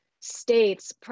states